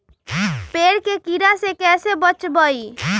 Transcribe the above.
पेड़ के कीड़ा से कैसे बचबई?